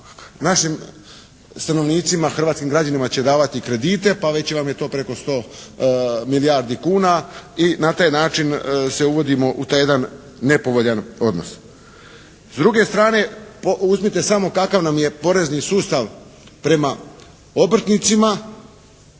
našim stanovnicima, hrvatskim građanima će davati kredite, pa već vam je i to preko sto milijardi kuna. I na taj način se uvodimo u taj jedan nepovoljan odnos. S druge strane, uzmite samo kakav nam je porezni sustav prema obrtnicima,